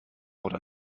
oder